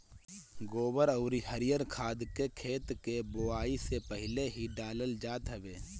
गोबर अउरी हरिहर खाद के खेत के बोआई से पहिले ही डालल जात हवे